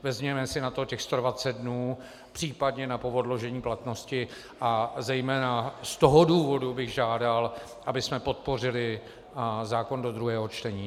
Vezměme si na to těch 120 dnů, případně poodložení platnosti, a zejména z toho důvodu bych žádal, abychom podpořili zákon do druhého čtení.